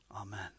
Amen